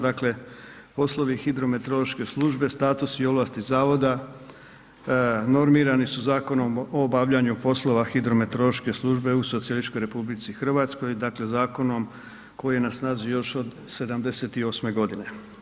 Dakle poslovi hidrometeorološke službe, statusi i ovlasti zavoda normirani su Zakonom o obavljanju poslova hidrometeorološke službe u Socijalističkoj Republici Hrvatskoj, dakle Zakonom koji je na snazi još od '78. godine.